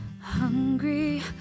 Hungry